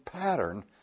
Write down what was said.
pattern